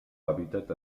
hàbitat